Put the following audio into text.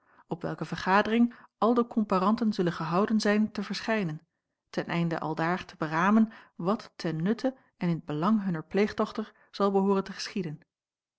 op welke vergadering al de komparanten zullen gehouden zijn te verschijnen ten einde aldaar te beramen wat ten nutte en in t belang hunner pleegdochter zal behooren te geschieden